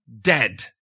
dead